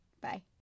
bye